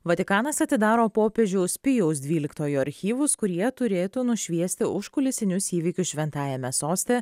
vatikanas atidaro popiežiaus pijaus dvyliktojo archyvus kurie turėtų nušviesti užkulisinius įvykius šventajame soste